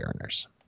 earners